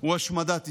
הוא השמדת ישראל.